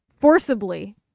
forcibly